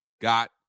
got